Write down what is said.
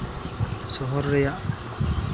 ᱥᱚᱦᱚᱨ ᱨᱮᱭᱟᱜ